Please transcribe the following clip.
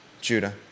Judah